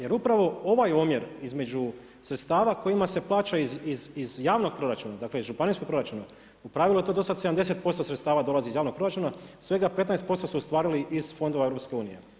Jer upravo ovaj omjer između sredstava kojima se plaća iz javnog proračuna, dakle, iz županijskog proračuna u pravilu je to do sada 70% sredstava dolazi iz javnog proračuna, svega 15% su ostvarili iz fondova Europske unije.